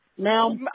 Now